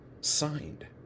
signed